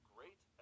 Great